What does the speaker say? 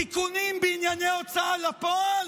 תיקונים בענייני ההוצאה לפועל,